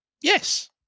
Yes